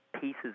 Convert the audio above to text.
pieces